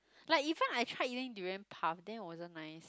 like even I tried using durian puff then it wasn't nice